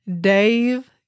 Dave